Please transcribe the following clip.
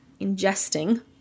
ingesting